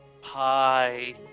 Hi